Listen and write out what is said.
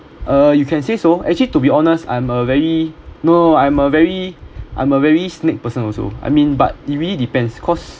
uh you can say so actually to be honest I'm a very no I'm a very I'm a very snake person also I mean but it really depends because